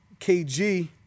KG